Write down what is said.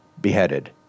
beheaded